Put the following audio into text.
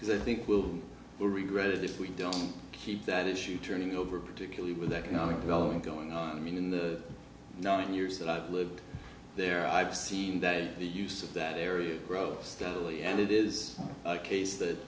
because i think we'll all regret it if we don't keep that issue turning over particularly with economic development going on in the known years that i've lived there i've seen that the use of that area grow steadily and it is a case that